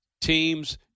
teams